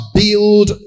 build